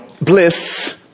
bliss